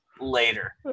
later